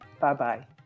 Bye-bye